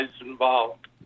involved